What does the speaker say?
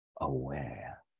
aware